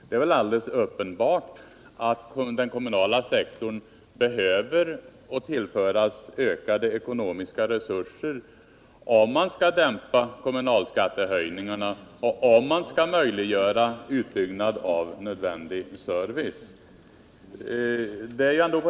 Det är väl alldeles uppenbart att den kommunala sektorn behöver tillföras ökade ekonomiska resurser, om vi skall kunna dämpa kommunalskattehöjningarna och möjliggöra en utbyggnad av nödvändig service.